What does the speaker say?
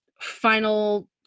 final